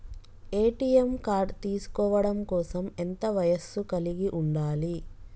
ATM card తీసుకోవడం కోసం ఎంత వయస్సు కలిగి ఉండాలి?